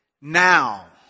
Now